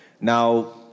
Now